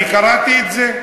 אני קראתי את זה.